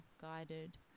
guided